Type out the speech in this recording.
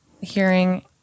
hearing